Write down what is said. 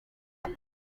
too